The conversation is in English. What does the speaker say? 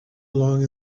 along